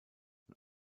und